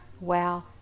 Wow